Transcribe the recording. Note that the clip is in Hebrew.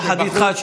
יחד איתך,